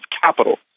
capital